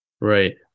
Right